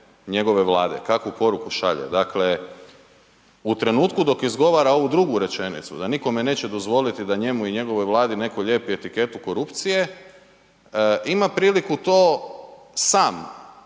njegove Vlade, kakvu poruku šalje. Dakle u trenutku dok izgovara ovu drugu rečenicu da nikome neće dozvoliti da njemu i njegovoj Vladi netko lijepi etiketu korupcije ima priliku to sam